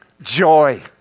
joy